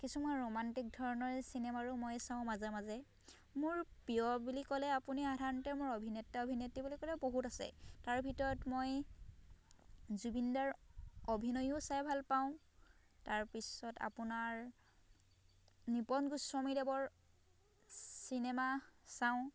কিছুমান ৰোমাণ্টিক ধৰণৰ চিনেমাও মই চাওঁ মাজে মাজে মোৰ প্ৰিয় বুলি ক'লে আপুনি সাধাৰণতে মোৰ অভিনেতা অভিনেত্ৰী বুলি ক'লে বহুত আছে তাৰে ভিতৰত মই জুবিন দাৰ অভিনয়ো চাই ভালপাওঁ তাৰপিছত আপোনাৰ নিপন গোস্বামীদেৱৰ চিনেমা চাওঁ